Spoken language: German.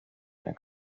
der